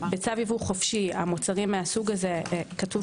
בצו ייבוא חופשי מוצרים מסוג זה כתוב